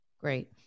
Great